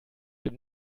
dem